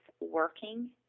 working